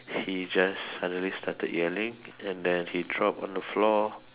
he just suddenly started yelling and then he drop on the floor